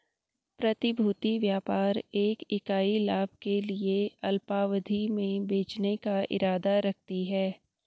प्रतिभूति व्यापार एक इकाई लाभ के लिए अल्पावधि में बेचने का इरादा रखती है